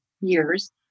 years